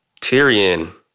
Tyrion